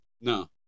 no